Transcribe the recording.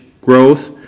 growth